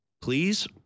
Please